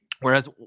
whereas